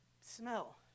smell